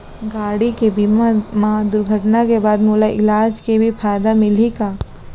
गाड़ी के बीमा मा दुर्घटना के बाद मोला इलाज के भी फायदा मिलही का?